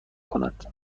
کند